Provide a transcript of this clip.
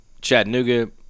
Chattanooga